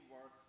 work